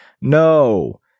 no